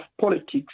politics